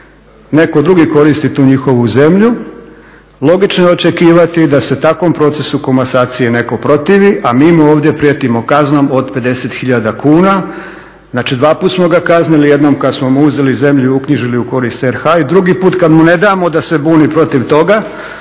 neko drugi koristi tu njihovu zemlju, logično je očekivati da se takvom procesu komasacije neko protivi, a mi mu ovdje prijetimo kaznom od 50 tisuća kuna. znači dva puta smo ga kaznili, jednom kada smo mu uzeli zemlju i uknjižili u korist RH i drugi put kada mu ne damo da se buni protiv toga,